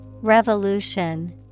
Revolution